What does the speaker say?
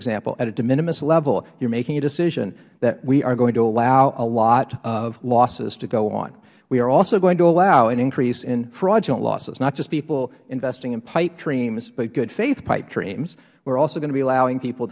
example on a de minimis level you're making a decision that we are going to allow a lot of losses to go on we are also going to allow an increase in fraudulent losses not just people investing in pipe dreams but goodfaith pipe dreams we're are also going to be allowing people